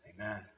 Amen